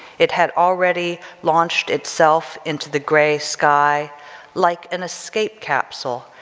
it had already launched itself into the grey sky like an escape capsule,